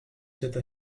cette